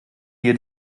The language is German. dir